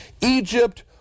Egypt